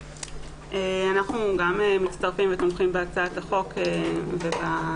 גם אנחנו מצטרפים ותומכים בהצעת החוק ובצורך